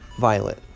Violet